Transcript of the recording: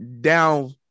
down